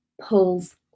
pulls